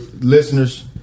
Listeners